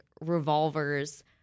revolvers